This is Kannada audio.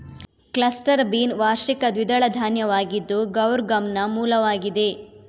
ಕ್ಲಸ್ಟರ್ ಬೀನ್ ವಾರ್ಷಿಕ ದ್ವಿದಳ ಧಾನ್ಯವಾಗಿದ್ದು ಗೌರ್ ಗಮ್ನ ಮೂಲವಾಗಿದೆ